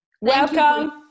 welcome